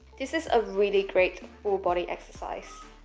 this is a really great full-body exercise